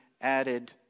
added